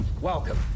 Welcome